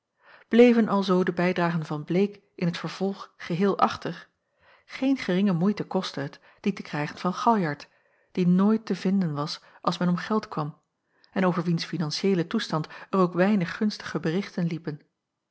alzoo de bijdragen van bleek in t vervolg geheel achter geen geringe moeite kostte het die te krijgen van galjart die nooit te vinden was als men om geld kwam en over wiens financiëelen toestand er ook weinig gunstige berichten liepen